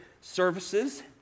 services